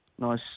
Nice